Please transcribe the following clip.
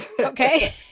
Okay